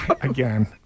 again